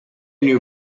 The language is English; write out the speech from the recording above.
new